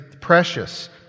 precious